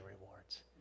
rewards